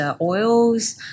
oils